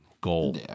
goal